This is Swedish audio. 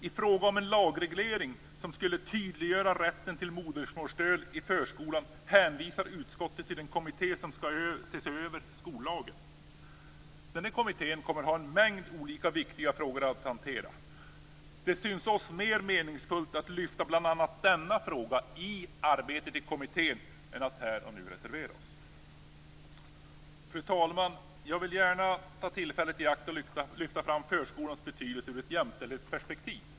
I fråga om en lagreglering som skulle tydliggöra rätten till modersmålsstöd i förskolan hänvisar utskottet till den kommitté som skall se över skollagen. Den kommittén kommer att ha en mängd olika viktiga frågor att hantera. Det syns oss mer meningsfullt att lyfta fram bl.a. den frågan i arbetet i kommittén än att här och nu reservera oss. Fru talman! Jag vill gärna ta tillfället i akt att lyfta fram förskolans betydelse ur ett jämställdhetsperspektiv.